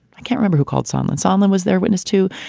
i can remember who called somnolence on them was their witness, too.